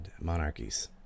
monarchies